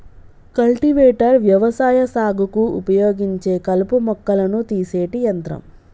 cultivator వ్యవసాయ సాగుకు ఉపయోగించే కలుపు మొక్కలను తీసేటి యంత్రం